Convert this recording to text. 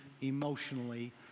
emotionally